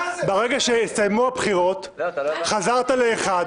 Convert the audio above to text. ברגע שהסתיימו הבחירות חזרנו ל-1,